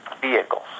vehicles